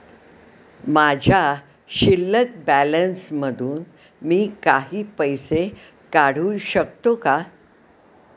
माझ्या शिल्लक बॅलन्स मधून मी काही पैसे काढू शकतो का?